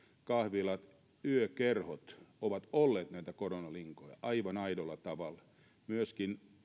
kahvilat yökerhot ovat olleet näitä koronalinkoja aivan aidolla tavalla myöskin